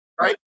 Right